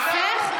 ההפך.